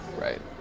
right